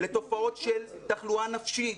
לתופעות של תחלואה נפשית,